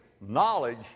knowledge